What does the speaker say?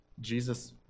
Jesus